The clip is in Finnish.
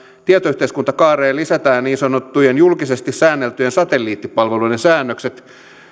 tietoyhteiskuntakaareen lisätään niin sanottujen julkisesti säänneltyjen satelliittipalveluiden säännökset